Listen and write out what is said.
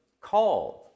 called